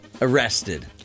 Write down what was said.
Arrested